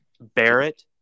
barrett